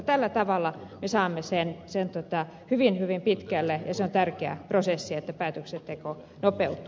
tällä tavalla me saamme sen hyvin hyvin pitkälle ja se on tärkeä prosessi että päätöksenteko nopeutuu